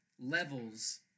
levels